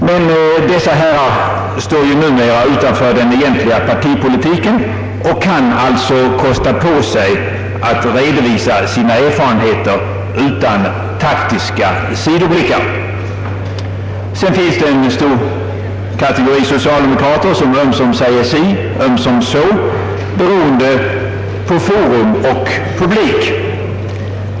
Men dessa herrar står ju numera utanför den egentliga partipolitiken och kan alltså kosta på sig att redovisa sina erfarenheter utan taktiska sidoblickar. Sedan finns det en stor kategori socialdemokrater som ömsom säger si, ömsom så, beroende på forum och publik.